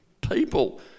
people